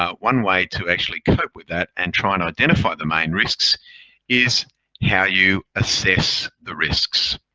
ah one way to actually cope with that and trying to identify the main risks is how you assess the risks.